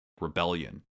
rebellion